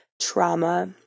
trauma